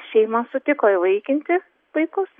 šeima sutiko įvaikinti vaikus